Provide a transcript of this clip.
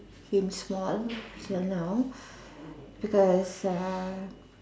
him small till now because uh